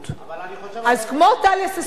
אז כמו טליה ששון.